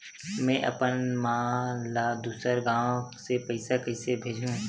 में अपन मा ला दुसर गांव से पईसा कइसे भेजहु?